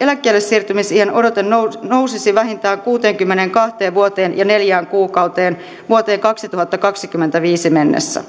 eläkkeellesiirtymisiän odote nousisi nousisi vähintään kuuteenkymmeneenkahteen vuoteen ja neljään kuukauteen vuoteen kaksituhattakaksikymmentäviisi mennessä